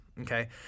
Okay